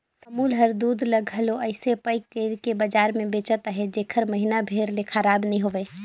अमूल हर दूद ल घलो अइसे पएक कइर के बजार में बेंचत अहे जेहर महिना भेर ले खराब नी होए